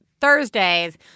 Thursdays